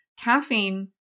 caffeine